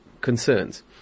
Concerns